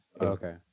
okay